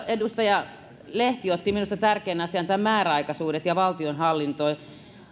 edustaja lehti otti minusta tärkeän asian määräaikaisuudet ja valtionhallinnon